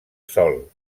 sol